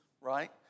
right